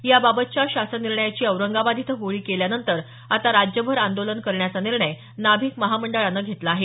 याबाबतच्या शासन निर्णयाची औरंगाबाद इथं होळी केल्यानंतर आता राज्यभर आंदोलन करण्याचा निर्णय नाभिक महामंडळानं घेतला आहे